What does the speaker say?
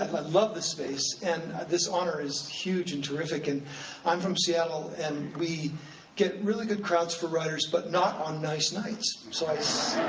i love this space, and this honor is huge and terrific. and i'm from seattle, and we get really good crowds for writers but not on nice nights. so i